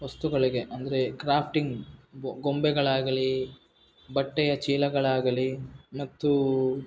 ವಸ್ತುಗಳಿಗೆ ಅಂದರೆ ಕ್ರಾಫ್ಟಿಂಗ್ ಬೊ ಗೊಂಬೆಗಳಾಗಲಿ ಬಟ್ಟೆಯ ಚೀಲಗಳಾಗಲಿ ಮತ್ತು